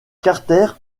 carter